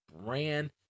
brand